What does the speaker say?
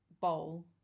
bowl